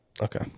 okay